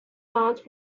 not